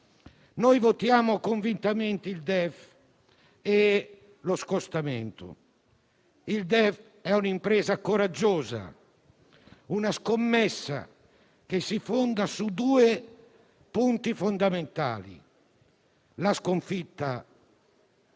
Noi votiamo convintamente il DEF e lo scostamento. Il DEF è un'impresa coraggiosa e una scommessa che si fonda su due punti fondamentali: la sconfitta